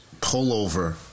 pullover